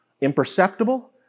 imperceptible